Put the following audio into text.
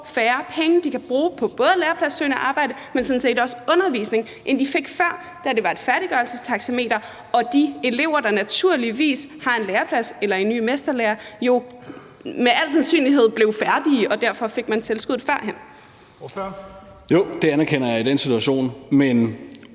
færre penge, de kan bruge på både lærepladsopsøgende arbejde, men sådan set også undervisning, end de fik før, da det var et færdiggørelsestaxameter, og at de elever, der naturligvis har en læreplads eller er på ny mesterlære-forløb, jo med al sandsynlighed bliver færdige, og at derfor ville man have fået tilskuddet førhen? Kl. 14:49 Første næstformand